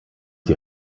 die